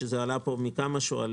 שעלתה פה על ידי כמה שואלים,